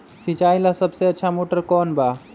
सिंचाई ला सबसे अच्छा मोटर कौन बा?